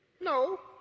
No